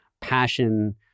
passion